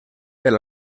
per